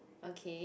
okay